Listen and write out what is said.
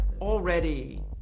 Already